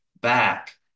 back